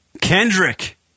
Kendrick